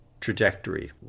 trajectory